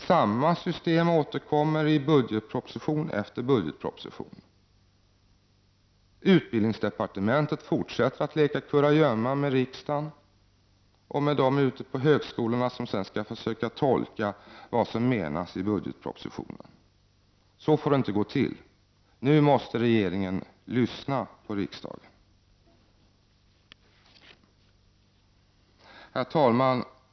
Samma system återkommer i budgetproposition efter budgetproposition. Utbildningsdepartementet fortsätter att leka kurragömma med riksdagen och med dem ute på högskolorna som skall försöka tolka vad som menas i budgetpropositionen. Så får det inte gå till. Nu måste regeringen lyssna på riksdagen. Herr talman!